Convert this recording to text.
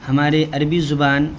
ہمارے عربی زبان